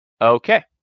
Okay